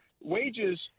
wages